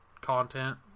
content